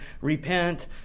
repent